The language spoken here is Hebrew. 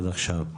עד עכשיו.